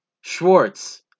Schwartz